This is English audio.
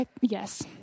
Yes